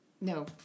no